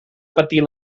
patir